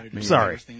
Sorry